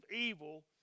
evil